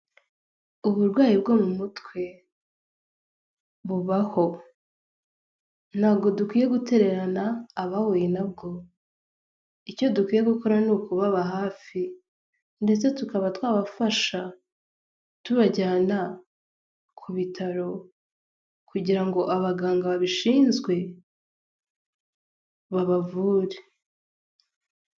Uburwayi bwo mu mutwe bubaho, ntabwo dukwiye gutererana abahuye nabwo, icyo dukwiye gukora ni ukubaba hafi ndetse tukaba twabafasha tubajyana ku bitaro, kugira ngo abaganga babishinzwe babavure.